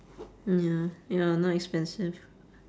ya ya not expensive